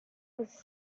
was